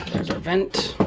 there's your vent.